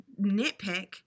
nitpick